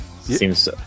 Seems